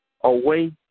away